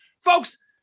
Folks